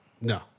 No